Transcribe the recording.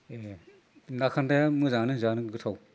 ए ना खान्दाया मोजाङानो जानो गोथाव